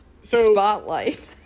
Spotlight